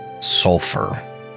sulfur